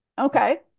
Okay